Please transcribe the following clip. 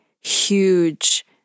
huge